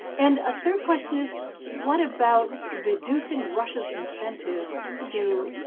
and a third question is what about reducing russia's incentive to